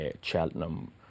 Cheltenham